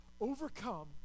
overcome